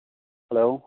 hello